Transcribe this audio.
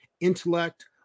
intellect